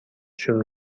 شروع